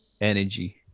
energy